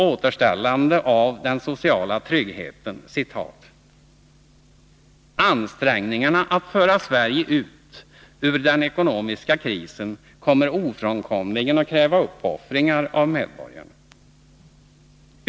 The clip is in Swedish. Återställande av den sociala tryggheten: ”Ansträngningarna att föra Sverige ur den ekonomiska krisen kommer ofrånkomligen att kräva uppoffringar av medborgarna.